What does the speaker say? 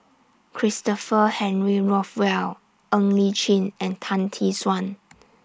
Christopher Henry Rothwell Ng Li Chin and Tan Tee Suan